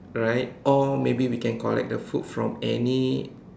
right or maybe we can collect the food from any